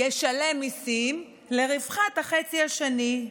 ישלם מיסים לרווחת החצי השני.